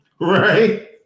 Right